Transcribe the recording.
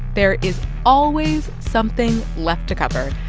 there is always something left to cover,